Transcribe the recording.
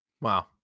Wow